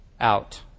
out